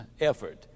effort